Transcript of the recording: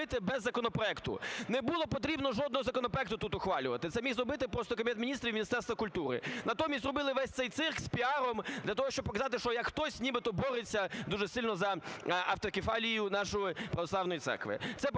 Не було потрібно жодного законопроекту тут ухвалювати, це міг зробити просто Кабінет Міністрів, Міністерство культури. Натомість зробили весь цей цирк з піаром для того, щоб показати, що як хтось нібито бореться дуже сильно за автокефалію нашої православної церкви.